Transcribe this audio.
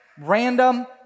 random